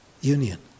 union